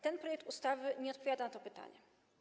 Ten projekt ustawy nie odpowiada na to pytanie.